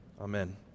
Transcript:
Amen